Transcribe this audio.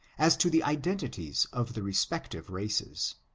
as to the identities of the respective races.